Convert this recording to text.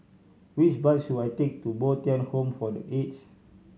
which bus should I take to Bo Tien Home for The Aged